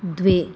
द्वे